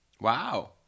wow